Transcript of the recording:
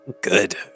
Good